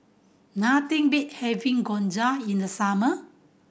nothing beat having Gyoza in the summer